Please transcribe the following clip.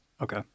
Okay